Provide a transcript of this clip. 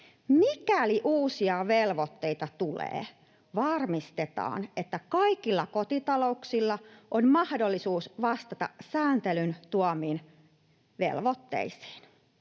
Mikäli uusia velvoitteita tulee, varmistetaan, että kaikilla kotitalouksilla on mahdollisuus vastata sääntelyn tuomiin velvoitteisiin.”